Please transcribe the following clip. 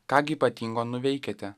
ką gi ypatingo nuveikiate